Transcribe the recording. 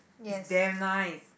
is damn nice